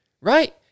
right